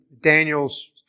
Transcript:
Daniel's